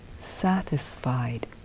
Satisfied